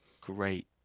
great